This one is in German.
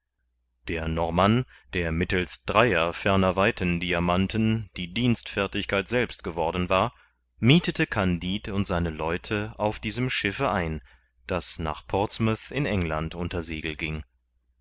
der normann der mittelst dreier fernerweiten diamanten die dienstfertigkeit selbst geworden war miethete kandid und seine leute auf diesem schiffe ein das nach portsmouth in england unter segel ging